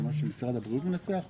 זה משהו שמשרד הבריאות מנסח?